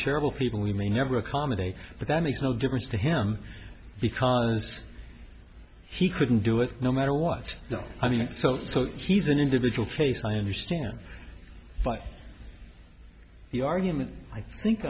terrible people we may never accommodate but that makes no difference to him because he couldn't do it no matter what i mean it's so so he's an individual face i understand the argument i think